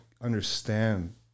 understand